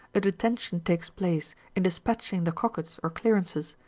a detention takes place in dispatching the cockets or clearances,